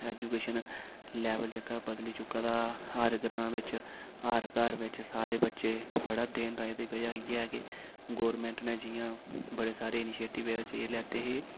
education level जेह्का बदली चुके दा हर ग्रांऽ बिच हर घर बिच सारे बच्चे पढ़ा दे ते एह्दी बजह् इ'यै कि गौरमेंट ने जि'यां बड़े सारे इनीशिएटिव च एह् लैते हे